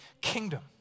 kingdom